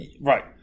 Right